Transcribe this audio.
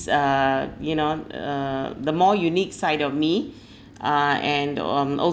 uh you know uh the more unique side of me ah and um